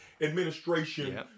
administration